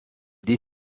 des